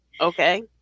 Okay